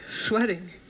sweating